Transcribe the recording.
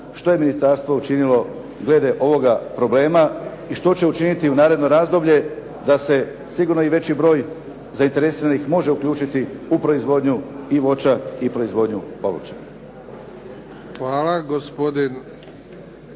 što je ministarstvo učinilo glede ovoga problema, i što će učiniti u naredno razdoblje da se sigurno i veći broj zainteresiranih može uključiti u proizvodnju i voća i proizvodnju povrća?